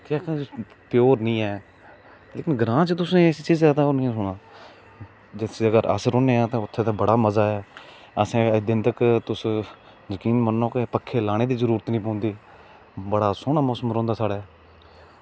केह् आक्खे प्योर निं ऐ लेकिन ग्रांऽ च तुसें इस चीजा दा जित्थें अस रौह्ने आं ते उत्थें बड़ा मजा ऐ असें अज दिन तक तुस जकीन मन्नो कि पक्खे लाने दी जरूरत निं पौंदी बड़ा सोह्ना मौसम रौहंदा साढ़ा